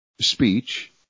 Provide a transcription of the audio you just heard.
speech